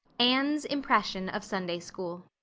anne's impressions of sunday-school